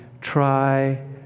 try